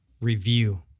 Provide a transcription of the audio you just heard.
review